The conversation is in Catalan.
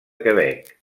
quebec